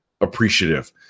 appreciative